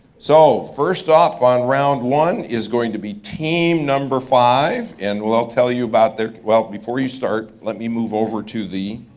so first up on round one is going to be team number five, and i'll tell you about the well, before you start, let me move over to the